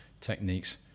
techniques